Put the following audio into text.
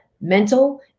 mental